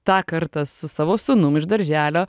tą kartą su savo sūnum iš darželio